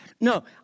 No